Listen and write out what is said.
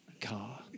car